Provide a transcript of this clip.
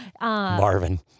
Marvin